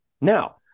Now